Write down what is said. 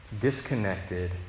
disconnected